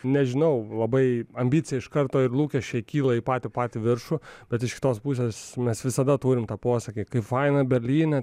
nežinau labai ambicija iš karto ir lūkesčiai kyla į patį patį viršų bet iš kitos pusės mes visada turim tą posakį kaip faina berlyne